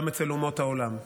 גם אצל אומות העולם.